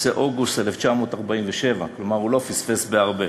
זה אוגוסט 1947. כלומר, הוא לא פספס בהרבה.